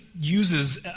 uses